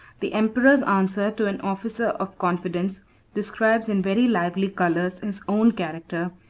the emperor's answer to an officer of confidence describes in very lively colors his own character,